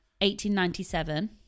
1897